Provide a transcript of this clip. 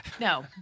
no